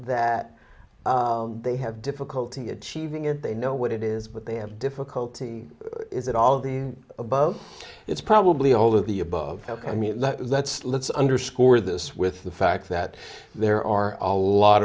that they have difficulty achieving it they know what it is but they have difficulty is it all the above it's probably all of the above i mean let's let's underscore this with the fact that there are a lot